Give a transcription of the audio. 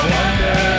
wonder